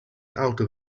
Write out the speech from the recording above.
out